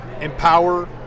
empower